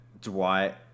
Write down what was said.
Dwight